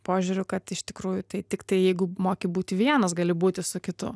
požiūrių kad iš tikrųjų tai tiktai jeigu moki būti vienas gali būti su kitu